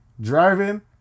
driving